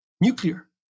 nuclear